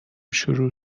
شروع